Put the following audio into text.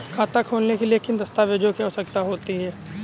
खाता खोलने के लिए किन दस्तावेजों की आवश्यकता होती है?